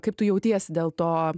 kaip tu jautiesi dėl to